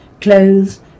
Clothes